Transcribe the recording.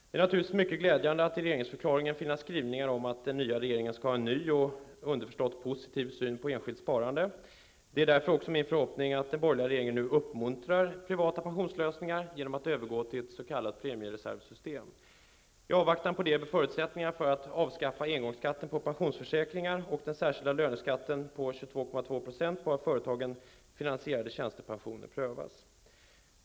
Det är naturligtvis mycket glädjande att i regeringsförklaringen finna skrivningar om att den nya regeringen skall ha en ny och, underförstått, positiv syn på enskilt sparande. Det är därför också min förhoppning att den borgerliga regeringen nu uppmuntrar privata pensionslösningar genom att övergå till ett s.k. premiereservsystem. I avvaktan på detta bör det ges förutsättningar för att avskaffa engångsskatten på pensionsförsäkringar och den särskilda löneskatten på 22,2 % på av företagen finansierade tjänstepensioner.